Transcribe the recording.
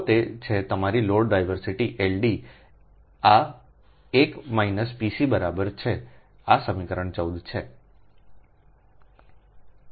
તો તે છે તમારી લોડ ડાયવર્સિટી LD આ 1 મિનસ Pc બરાબર છે આ સમીકરણ 14 છે